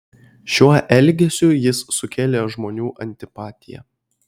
šiuo elgesiu jis sukėlė žmonių antipatiją